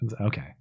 okay